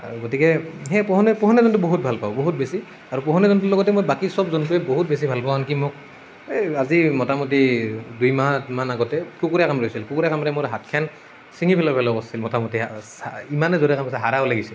গতিকে সেই পোহনীয়া পোহনীয়া জন্তু বহুত ভাল পাওঁ বহুত বেছি আৰু পোহনীয়া জন্তুৰ লগতে মই বাকী সব জন্তুৱে বহুত বেছি ভাল পাওঁ আনকি মোক এই আজি মোটামুটি দুইমাহ মান আগতে কুকুৰে কামোৰিছিল কুকুৰে কামুৰি মোৰ হাতখন চিঙি পেলাব ধৰিছিল মোটামুটি ইমানেই জোৰে কামোৰিছিল হাড় ওলাই গৈছিল